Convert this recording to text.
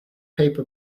paper